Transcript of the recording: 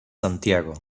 santiago